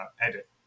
edit